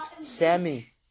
Sammy